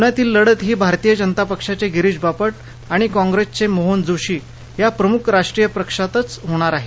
पुण्यातील लढत ही भारतीय जनता पक्षाचे गिरीष बापट आणि काँप्रेस मोहन जोशी या प्रम्ख राष्ट्रीय पक्षातच होणार आहे